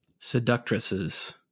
seductresses